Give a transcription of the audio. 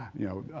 you know,